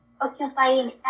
Occupying